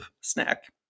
snack